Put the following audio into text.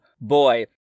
boy